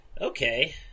Okay